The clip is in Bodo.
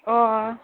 अ